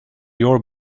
your